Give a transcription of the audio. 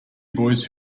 boys